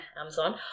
Amazon